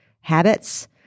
Habits